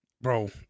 bro